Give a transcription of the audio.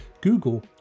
Google